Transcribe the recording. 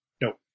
Nope